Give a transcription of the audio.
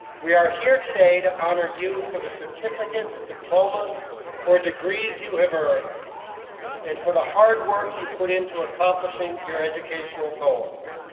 we are here today to honor you for the certificates, diplomas or degrees you have earned and for the hard work you put into accomplishing your educational goals.